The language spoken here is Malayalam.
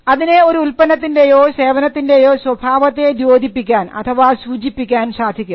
അതിന് ഒരു ഉൽപ്പന്നത്തിൻറെയോ സേവനത്തിൻറെയോ സ്വഭാവത്തെ ദ്യോതിപ്പിക്കാൻ അഥവാ സൂചിപ്പിക്കാൻ സാധിക്കും